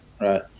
right